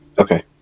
okay